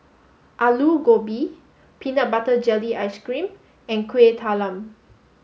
Aloo Gobi Peanut Butter Jelly Ice Cream and Kueh Talam